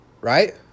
right